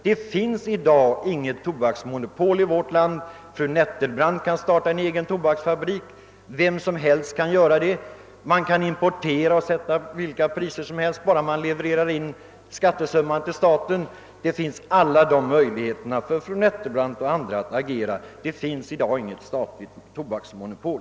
Det finns inte längre något tobaksmonopol i vårt land, utan fru Nettelbrandt kän starta en egen tobaksfabrik, liksom vem som helst. Det går att importera och sätta vilka priser som helst bara skattesumman levereras in till staten. Allt detta är som sagt möjligt för fru Nettelbrandt och andra, ty det finns i dag inget statligt tobaksmonopol.